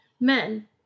men